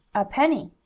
a penny,